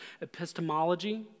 epistemology